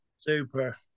Super